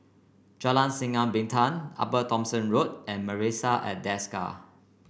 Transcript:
Jalan Sinar Bintang Upper Thomson Road and Marrison at Desker